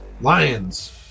Lions